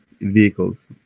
vehicles